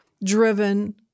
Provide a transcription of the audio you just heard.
driven